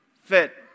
fit